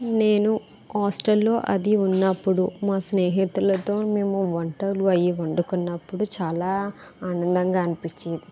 నేను హాస్టల్ లో అది ఉన్నప్పుడు మా స్నేహితులతో మేము వంటలు అయి వండుకున్నప్పుడు చాలా ఆనందంగా అనిపించి